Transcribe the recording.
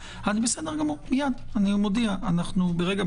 לכן סליחה שאני